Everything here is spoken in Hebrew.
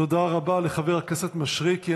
תודה רבה לחבר הכנסת מישרקי.